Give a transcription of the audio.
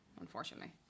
unfortunately